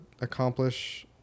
accomplish